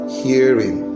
hearing